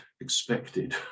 expected